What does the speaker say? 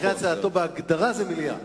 אחרי הצעתו, בהגדרה זו מליאה.